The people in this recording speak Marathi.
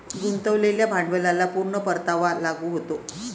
गुंतवलेल्या भांडवलाला पूर्ण परतावा लागू होतो